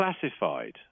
classified